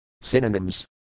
Synonyms